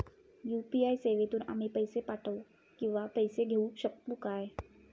UPI सेवेतून आम्ही पैसे पाठव किंवा पैसे घेऊ शकतू काय?